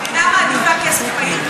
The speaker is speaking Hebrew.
המדינה מעדיפה כסף מהיר,